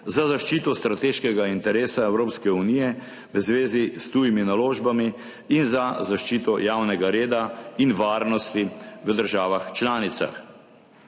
za zaščito strateškega interesa Evropske unije v zvezi s tujimi naložbami in za zaščito javnega reda in varnosti v državah članicah.